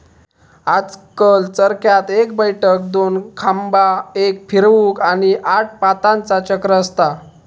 आजकल चरख्यात एक बैठक, दोन खांबा, एक फिरवूक, आणि आठ पातांचा चक्र असता